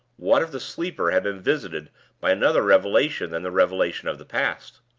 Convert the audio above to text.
what if the sleeper had been visited by another revelation than the revelation of the past?